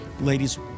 Ladies